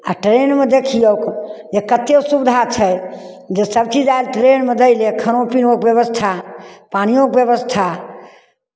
आ ट्रेनमे देखियौ जे कतेक सुविधा छै जे सभचीज आयल ट्रेनमे दै लए खानो पीनोके व्यवस्था पानिओके व्यवस्था